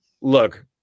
look